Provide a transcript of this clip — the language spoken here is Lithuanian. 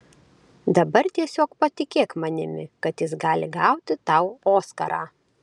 dabar tiesiog patikėk manimi kad jis gali gauti tau oskarą